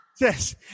Yes